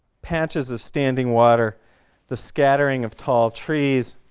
patches of standing water the scattering of tall trees